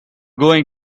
going